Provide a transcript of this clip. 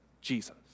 Jesus